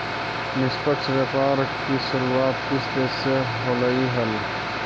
निष्पक्ष व्यापार की शुरुआत किस देश से होलई हल